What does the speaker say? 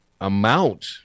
amount